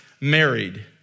married